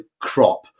crop